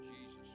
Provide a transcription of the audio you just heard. Jesus